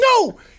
No